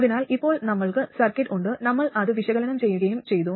അതിനാൽ ഇപ്പോൾ നമ്മൾക്ക് സർക്യൂട്ട് ഉണ്ട് നമ്മൾ അത് വിശകലനം ചെയ്യുകയും ചെയ്തു